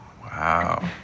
Wow